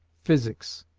physics.